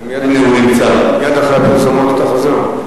מייד אחרי הפרסומות אתה חוזר?